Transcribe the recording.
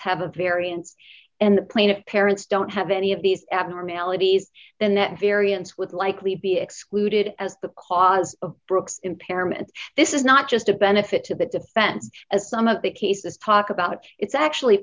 have a variance and the plaintiff parents don't have any of these abnormalities then that variance with likely be excluded as the cause of brooke's impairment this is not just a benefit to the defense as some of the cases talk about it's actually